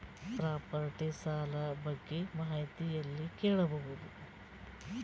Property ಸಾಲ ಬಗ್ಗೆ ಮಾಹಿತಿ ಎಲ್ಲ ಕೇಳಬಹುದು?